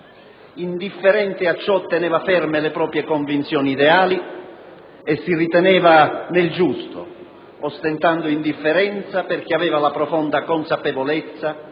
Indifferente a ciò, teneva ferme le proprie convinzioni ideali e si riteneva nel giusto, ostentando indifferenza, perché aveva la profonda consapevolezza